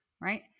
right